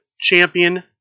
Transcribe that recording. champion